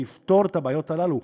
זה יפתור את הבעיות הללו.